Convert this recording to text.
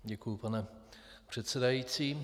Děkuji, pane předsedající.